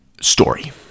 story